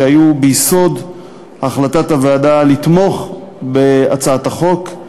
שהיו ביסוד החלטת הוועדה לתמוך בהצעת החוק,